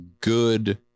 good